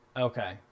Okay